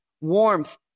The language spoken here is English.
warmth